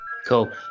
Cool